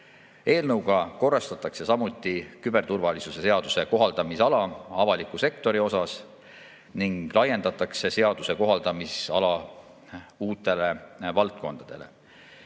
kaudu. Eelnõuga korrastatakse samuti küberturvalisuse seaduse kohaldamisala avalikus sektoris ning laiendatakse seaduse kohaldamisala uutele valdkondadele.